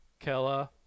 Kella